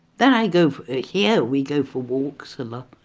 then i go here we go for walks a lot,